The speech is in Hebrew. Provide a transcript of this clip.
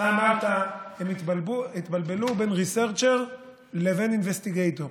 אתה אמרת: הם התבלבלו בין researcher לבין investigator,